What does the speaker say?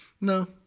No